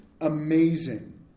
amazing